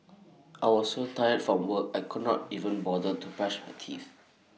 I was so tired from work I could not even bother to brush my teeth